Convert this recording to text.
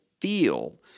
feel